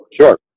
Sure